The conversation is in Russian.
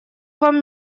вам